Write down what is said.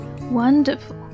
Wonderful